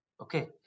Okay